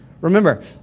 remember